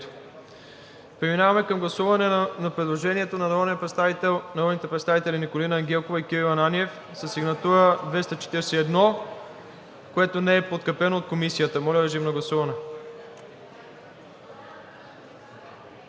Преминаваме към гласуване предложението на народните представители Николина Ангелкова и Кирил Ананиев със сигнатура 241, което не е подкрепено от Комисията. Гласували